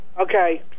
Okay